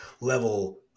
level